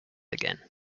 again